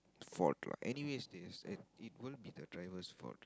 fault drive anyway this it it will be the driver's fault